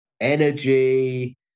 energy